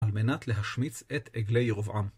על מנת להשמיץ את עגלי ירבעם.